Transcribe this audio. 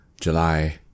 July